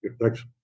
thanks